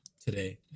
today